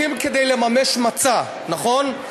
כדי לממש מצע, נכון?